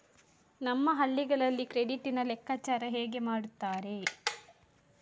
ನಮ್ಮ ಹಳ್ಳಿಗಳಲ್ಲಿ ಕ್ರೆಡಿಟ್ ನ ಲೆಕ್ಕಾಚಾರ ಹೇಗೆ ಮಾಡುತ್ತಾರೆ?